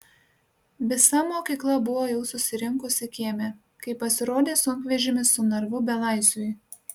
visa mokykla buvo jau susirinkusi kieme kai pasirodė sunkvežimis su narvu belaisviui